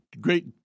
great